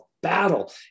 battle